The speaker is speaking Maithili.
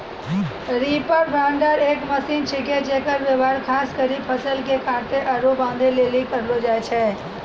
रीपर बाइंडर एक मशीन छिकै जेकर व्यवहार खास करी फसल के काटै आरू बांधै लेली करलो जाय छै